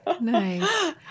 nice